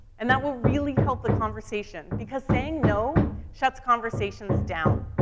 and that will really help the conversation. because saying no shuts conversations down.